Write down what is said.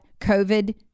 COVID